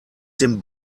dem